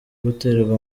guterwa